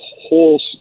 whole